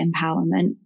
empowerment